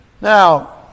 Now